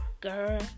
girl